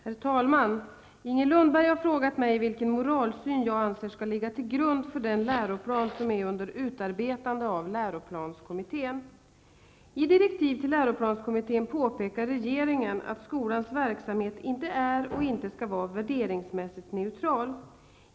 Herr talman! Inger Lundberg har frågat mig vilken moralsyn jag anser skall ligga till grund för den läroplan som är under utarbetande av läroplanskommittén. I direktiven till läroplanskommittén påpekar regeringen att skolans verksamhet inte är och inte skall vara värderingsmässigt neutral.